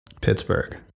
Pittsburgh